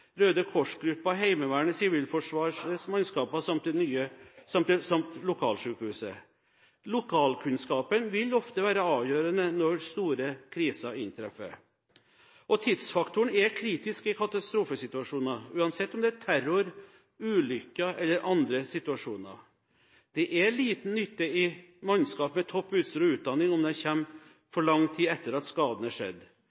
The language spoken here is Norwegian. Røde Kors-gruppa, Heimevernets/Sivilforsvarets mannskaper samt lokalsykehuset. Lokalkunnskapen vil ofte være avgjørende når de store krisene inntreffer. Tidsfaktoren er kritisk i katastrofesituasjoner, uansett om det er terror, ulykker eller andre situasjoner. Det er liten nytte i mannskap med topp utstyr og utdanning om